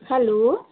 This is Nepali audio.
हेलो